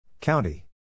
County